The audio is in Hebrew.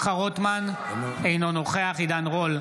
רוטמן, אינו נוכח עידן רול,